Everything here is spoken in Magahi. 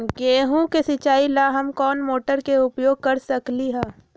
गेंहू के सिचाई ला हम कोंन मोटर के उपयोग कर सकली ह?